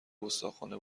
گستاخانه